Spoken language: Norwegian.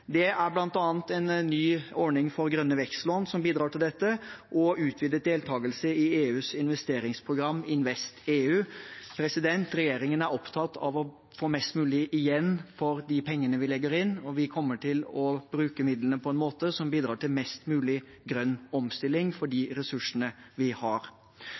Det er bl.a. en ny ordning for grønne vekstlån som bidrar til dette, og utvidet deltagelse i EUs investeringsprogram InvestEU. Regjeringen er opptatt av å få mest mulig igjen for de pengene vi legger inn, og vi kommer til å bruke midlene på en måte som bidrar til mest mulig grønn omstilling for de ressursene vi har.